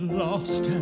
lost